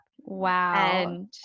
Wow